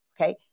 Okay